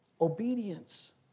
Obedience